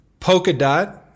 Polkadot